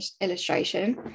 illustration